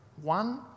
one